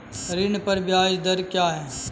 ऋण पर ब्याज दर क्या है?